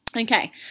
Okay